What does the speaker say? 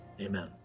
amen